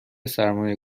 سرمایه